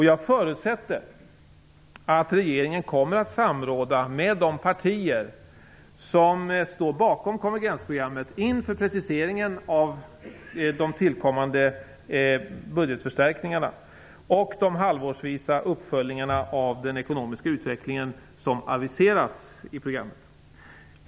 Jag förutsätter att regeringen kommer att samråda med de partier som står bakom konvergensprogramet inför preciseringen av de tillkommande budgetförstärkningarna och de uppföljningar halvårsvis av den ekonomiska utvecklingen som aviseras i programmet.